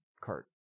cart